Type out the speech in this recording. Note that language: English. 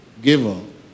Given